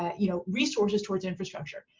you know, resource towards infrastructure,